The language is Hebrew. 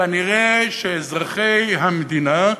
כנראה שאזרחי המדינה,